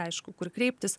aišku kur kreiptis